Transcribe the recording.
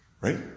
Right